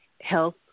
health